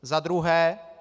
Za druhé.